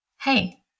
hey